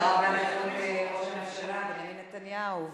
תודה רבה לראש הממשלה בנימין נתניהו,